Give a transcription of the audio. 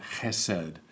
chesed